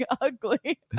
ugly